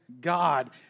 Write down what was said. God